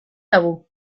tabú